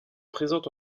présente